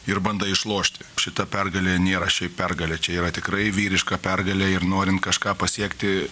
ir bandai išlošti šita pergalė nėra šiaip pergalė čia yra tikrai vyriška pergalė ir norint kažką pasiekti